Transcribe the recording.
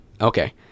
okay